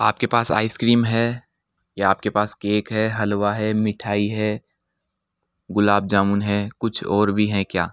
आपके पास आइसक्रीम है या आपके पास केक है हलवा है मिठाई है गुलाब जामुन है कुछ और भी हैं क्या